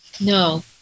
no